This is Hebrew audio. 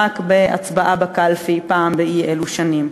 רק בהצבעה בקלפי פעם באי-אלו שנים,